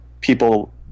people